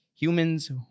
Humans